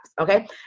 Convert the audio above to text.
okay